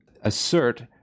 assert